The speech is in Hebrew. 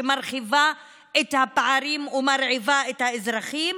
שמרחיבה את הפערים ומרעיבה את האזרחים,